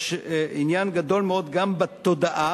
יש עניין גדול מאוד גם בתודעה,